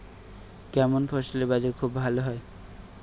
কেমন ফসলের বাজার খুব ভালো হয়?